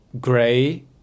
gray